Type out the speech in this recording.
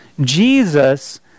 Jesus